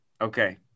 Okay